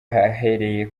ahereye